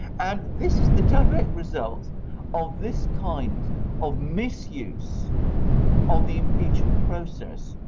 and this is the direct result of this kind of misuse of the impeachment process.